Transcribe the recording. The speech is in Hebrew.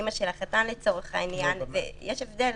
יש הבדל